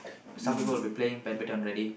some people would be playing badminton ready